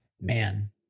man